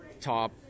top